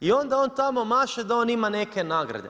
I onda on tamo maše da on ima neke nagrade.